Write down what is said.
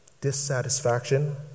dissatisfaction